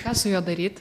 ką su juo daryt